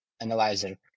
Analyzer